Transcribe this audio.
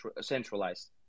centralized